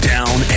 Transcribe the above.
Down